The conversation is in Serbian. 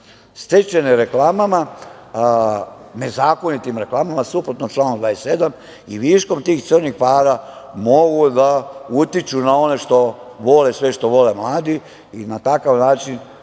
stečene reklama, nezakonitim reklamama, suprotno članu 27. i viškom tih crnih para, mogu da utiču na one što, vole sve što vole mladi, i na takav način